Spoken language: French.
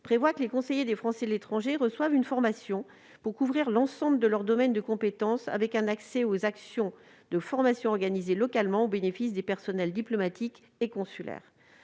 prévoit que les conseillers des Français de l'étranger reçoivent une formation pour couvrir l'ensemble de leurs domaines de compétence, avec un accès aux actions de formation organisées localement au bénéfice des personnels diplomatiques et consulaires.